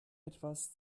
etwas